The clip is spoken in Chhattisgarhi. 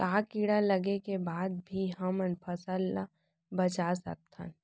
का कीड़ा लगे के बाद भी हमन फसल ल बचा सकथन?